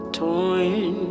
torn